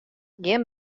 gjin